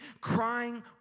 crying